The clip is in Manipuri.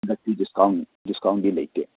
ꯍꯟꯗꯛꯇꯤ ꯗꯤꯁꯀꯥꯎꯟ ꯗꯤꯁꯀꯥꯎꯟꯗꯤ ꯂꯩꯇꯦ